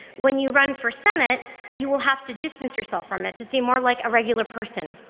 when you run for senate, you will have to distance yourself from it to seem more like a regular person.